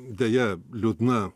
deja liūdna